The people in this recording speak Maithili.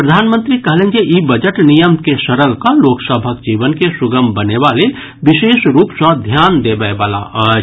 प्रधानमंत्री कहलनि जे ई बजट नियम के सरल कऽ लोक सभक जीवन के सुगम बनेबा लेल विशेष रूप सॅ ध्यान देबय वला अछि